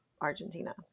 Argentina